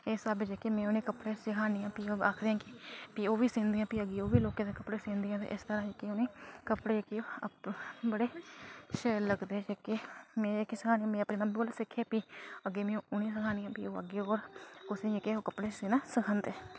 ते इस स्हाबै दे में उनेंगी कपड़े सिखानी आं ते ओह् मिगी ते भी ओह्बी सींदियां ते लोकें दे कपड़े सींदियां ते इस स्हाब नै कपड़े उंदे जेह्ड़े बड़े शैल लगदे जेह्के में जेह्के सखानी तेमें अपनी मम्मी कोला सिक्खे ते अग्गें में उनेंगी सखानी ते अग्गें ओह् कुसै गी जेह्के कपड़े सीना सखांदे